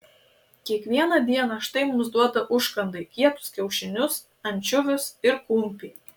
kiekvieną dieną štai mums duoda užkandai kietus kiaušinius ančiuvius ir kumpį